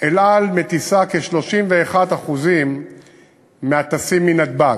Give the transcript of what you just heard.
"אל על" מטיסה כ-31% מהטסים מנתב"ג.